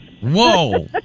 Whoa